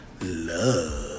love